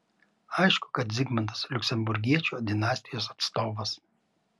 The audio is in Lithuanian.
aišku kad zigmantas liuksemburgiečių dinastijos atstovas